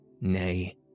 Nay